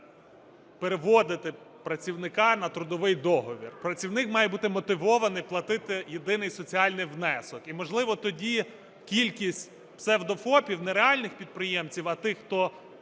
Переводити працівника на трудовий договір. Працівник має бути мотивований платити єдиний соціальний внесок. І, можливо, тоді кількість псевдофопів, не реальних підприємців, а тих, хто